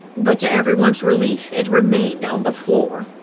but to everyone's relief it remained on the floor.